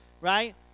right